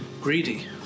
greedy